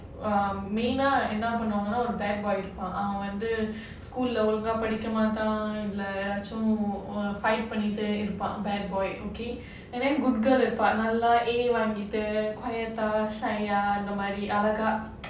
uh main ah என்னா பண்ணுவாங்கனா ஒரு:enna pannuvaanganaa oru bad boy இருப்பா அவன் வந்து:irupaa avan vanthu school leh ஒழுங்கா படிக்கமாட்டா இல்ல ஏதாச்சும்:ozhunga padikamaataa illa edachum fight பண்ணிக்கிட்டு இருப்பா:pannikittu iruppaa bad boy okay and then good girl இருப்பா நல்ல:iruppaa nallaa hair வாரிட்டு:vaarittu quiet ah shy ah அந்த மாதிரி அழகா:andha maadhiri azhagaa